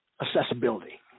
accessibility